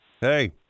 Hey